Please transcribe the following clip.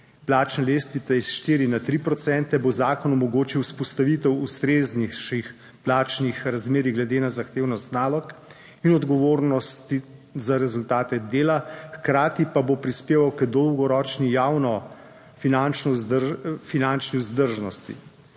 plačne lestvice iz 4 na 3 procente bo zakon omogočil vzpostavitev ustreznejših plačnih razmerij, glede na zahtevnost nalog in odgovornosti za rezultate dela. Hkrati pa bo prispeval k dolgoročni javno finančni vzdržnosti.